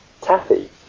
Taffy